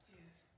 yes